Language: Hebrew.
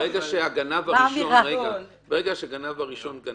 ברגע שהגנב הראשון גנב,